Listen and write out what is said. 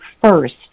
first